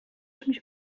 czymś